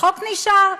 החוק נשאר.